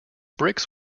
bricks